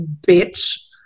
bitch